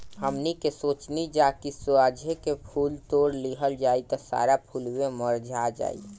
हमनी के सोचनी जा की साझे के फूल तोड़ लिहल जाइ त सारा फुलवे मुरझा जाइ